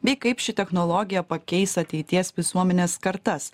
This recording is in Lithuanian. bei kaip ši technologija pakeis ateities visuomenės kartas